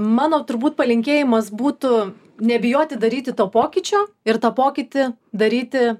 mano turbūt palinkėjimas būtų nebijoti daryti to pokyčio ir tą pokytį daryti